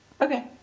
Okay